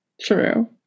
True